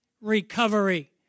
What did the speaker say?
recovery